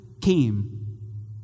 came